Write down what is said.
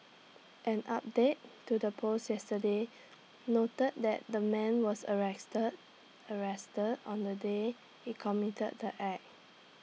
an update to the post yesterday noted that the man was arrested arrested on the day he committed the act